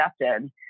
accepted